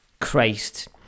Christ